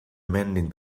mending